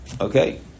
Okay